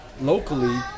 locally